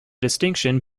distinction